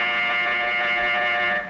and